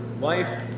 life